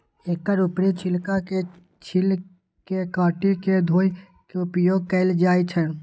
एकर ऊपरी छिलका के छील के काटि के धोय के उपयोग कैल जाए छै